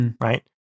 Right